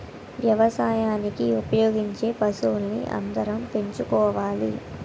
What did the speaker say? వ్యవసాయానికి ఉపయోగించే పశువుల్ని అందరం పెంచుకోవాలి